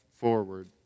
forward